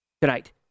tonight